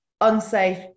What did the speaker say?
unsafe